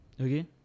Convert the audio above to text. Okay